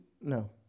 no